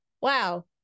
wow